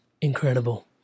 Incredible